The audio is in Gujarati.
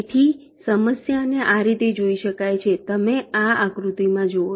તેથી સમસ્યા ને આ રીતે જોઈ શકાય છે તમે આ આકૃતિમાં જુવો